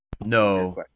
No